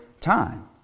time